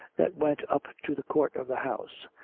that went up to the court of the house.